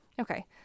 Okay